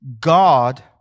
God